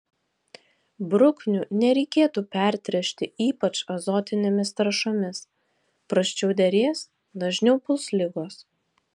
bruknių nereikėtų pertręšti ypač azotinėmis trąšomis prasčiau derės dažniau puls ligos